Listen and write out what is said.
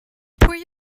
pwy